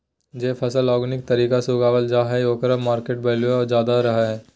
जे फसल ऑर्गेनिक तरीका से उगावल जा हइ ओकर मार्केट वैल्यूआ ज्यादा रहो हइ